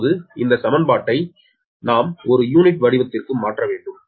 இப்போது இந்த சமன்பாட்டை நாம் ஒரு யூனிட் வடிவத்திற்கு மாற்ற வேண்டும்